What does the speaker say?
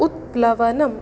उत्प्लवनम्